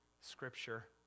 scripture